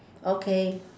okay